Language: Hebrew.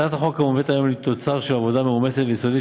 הצעת החוק המובאת היום היא תוצר של עבודה מאומצת ויסודית